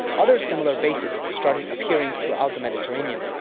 other similar bases started appearing throughout the mediterranean.